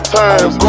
times